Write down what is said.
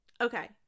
Okay